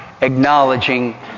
acknowledging